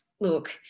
Look